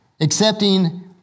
accepting